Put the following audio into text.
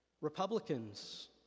Republicans